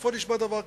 איפה נשמע דבר כזה?